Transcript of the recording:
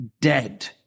dead